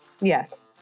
Yes